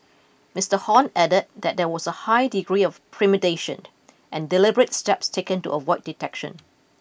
Mister Hon added that there was a high degree of premeditation and deliberate steps taken to avoid detection